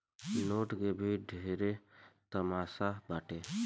note के भी ढेरे तमासा बाटे